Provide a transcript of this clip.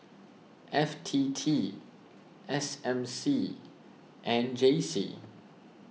F T T S M C and J C